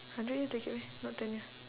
hundred years decade meh not ten year